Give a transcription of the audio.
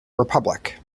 republic